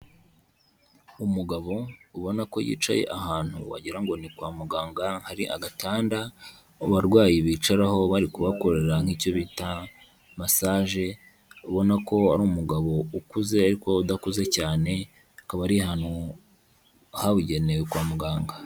Umugabo ubona ko yicaye ahantu wagira ngo ni kwa muganga, hari agatanda abarwayi bicaraho bari kubakorera nk'icyo bita masage, ubona ko ari umugabo ukuze ariko udakuze cyane, akaba ari ahantu habugenewe kwa muganga.